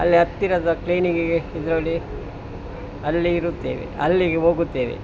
ಅಲ್ಲಿ ಹತ್ತಿರದ ಕ್ಲೀನಿಕಿಗೆ ಇದರಲ್ಲಿ ಅಲ್ಲಿ ಇರುತ್ತೇವೆ ಅಲ್ಲಿಗೆ ಹೋಗುತ್ತೇವೆ